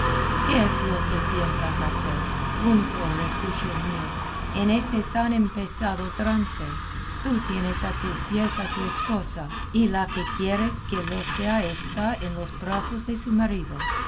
qué es lo que piensas hacer único refugio mío en este tan impensado trance tú tienes a tus pies a tu esposa y la que quieres que lo sea está en los brazos de su marido